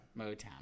Motown